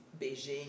Beijing